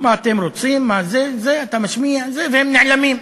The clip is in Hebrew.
מה אתם רוצים, מה זה, אתה משמיע והם נעלמים.